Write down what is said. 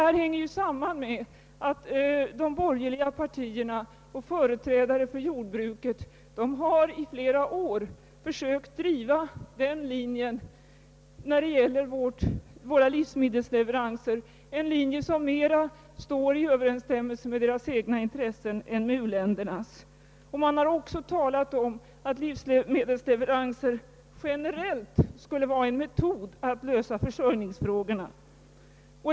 De borgerliga partierna och företrädare för jordbruket har i flera år sökt driva den linjen i fråga om våra livsmedelsleveranser, en linje som mera sammanfaller med deras egna intressen än med u-ländernas. De har också talat om att livsmedelsleveranser skulle vara en generell metod att lösa försörjningsfrågorna.